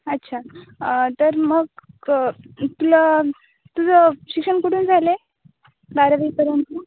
अच्छा तर मग तुला तुझं शिक्षण कुठून झालं आहे बारावीपर्यंतचं